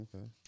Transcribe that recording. Okay